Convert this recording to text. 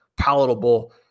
palatable